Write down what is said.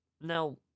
Now